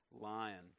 lion